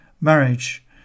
marriage